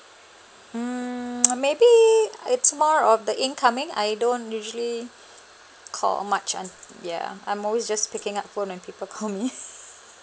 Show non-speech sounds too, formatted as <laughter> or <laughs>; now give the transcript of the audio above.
mm maybe it's more of the incoming I don't usually call much unt~ yeah I'm always just picking up phone when people call me <laughs>